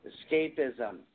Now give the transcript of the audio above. Escapism